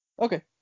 Okay